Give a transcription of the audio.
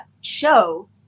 show